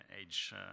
age